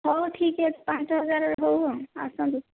ହେଉ ଠିକ ଅଛି ପାଞ୍ଚ ହଜାର ହେଉ ଆଉ ଆସନ୍ତୁ